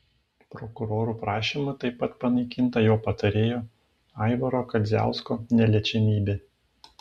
prokurorų prašymu taip pat panaikinta jo patarėjo aivaro kadziausko neliečiamybė